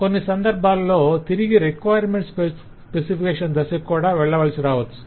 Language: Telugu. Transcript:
కొన్ని సందర్భాలలో తిరిగి రిక్వైర్మెంట్స్ స్పెసిఫికేషన్ దశకు కూడా వెళ్ళవలసి రావచ్చు